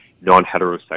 non-heterosexual